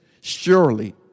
surely